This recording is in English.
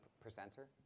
presenter